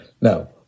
Now